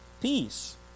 peace